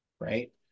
right